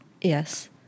Yes